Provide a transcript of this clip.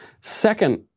Second